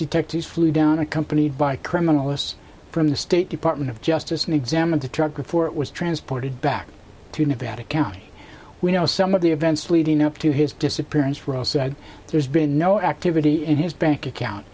detectives flew down accompanied by criminalists from the state department of justice and examined the truck before it was transported back to nevada county we know some of the events leading up to his disappearance ross said there's been no activity in his bank account